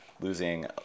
losing